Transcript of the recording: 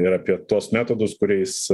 ir apie tuos metodus kuriais